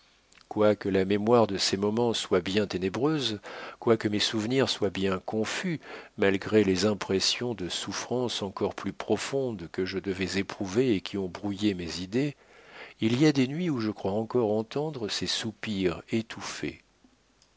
quoique la mémoire de ces moments soit bien ténébreuse quoique mes souvenirs soient bien confus malgré les impressions de souffrances encore plus profondes que je devais éprouver et qui ont brouillé mes idées il y a des nuits où je crois encore entendre ces soupirs étouffés